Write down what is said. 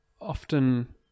often